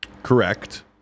Correct